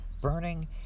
burning